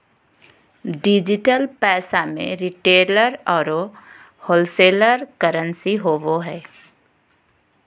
digital पैसा में retailer औरो होलसेलर करंसी होवो हइ